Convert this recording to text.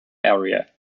area